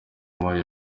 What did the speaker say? moi